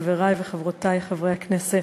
חברי וחברותי חברי הכנסת,